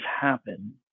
happen